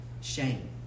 Shame